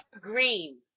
Green